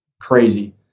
crazy